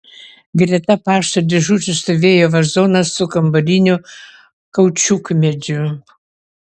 greta pašto dėžučių stovėjo vazonas su kambariniu kaučiukmedžiu